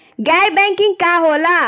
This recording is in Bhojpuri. गैर बैंकिंग का होला?